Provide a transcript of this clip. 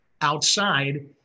outside